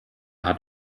hat